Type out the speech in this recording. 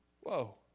Whoa